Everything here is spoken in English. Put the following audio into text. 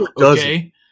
okay